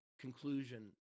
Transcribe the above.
conclusion